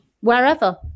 wherever